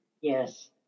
Yes